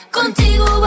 contigo